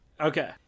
Okay